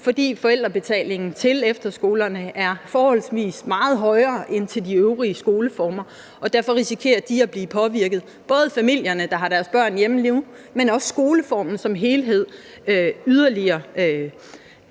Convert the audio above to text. fordi forældrebetalingen til efterskolerne er forholdsvis meget højere end til de øvrige skoleformer, og derfor risikerer de at blive påvirket yderligere, både familierne, der har deres børn hjemme nu, men også skoleformen som helhed.